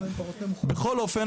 בכל אופן,